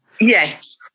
Yes